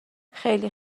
خیلی